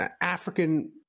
African